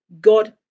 God